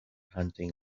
hunting